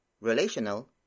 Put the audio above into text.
relational